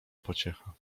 pociecha